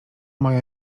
moja